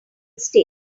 state